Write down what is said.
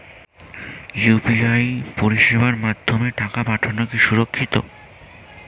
UPI পরিষেবার মাধ্যমে টাকা পাঠানো কি সুরক্ষিত?